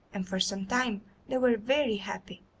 and for some time they were very happy,